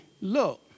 Look